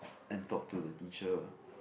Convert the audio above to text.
and talk to the teacher